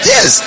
Yes